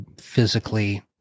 physically